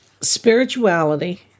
spirituality